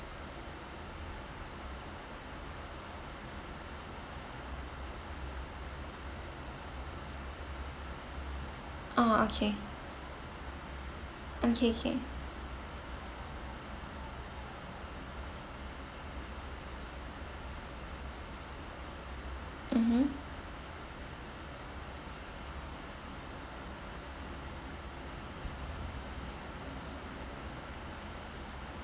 oh okay okay okay mmhmm